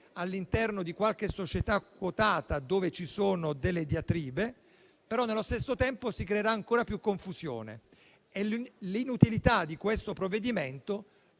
all'interno di qualche società quotata, dove ci sono delle diatribe, però nello stesso tempo si creerà ancora più confusione. L'inutilità di questo provvedimento